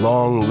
Long